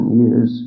years